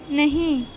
نہیں